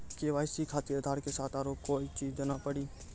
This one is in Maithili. के.वाई.सी खातिर आधार के साथ औरों कोई चीज देना पड़ी?